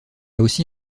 aussi